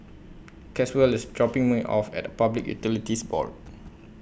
Caswell IS dropping Me off At Public Utilities Board